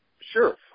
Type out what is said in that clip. Sure